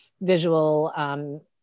visual